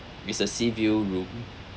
it's a sea view room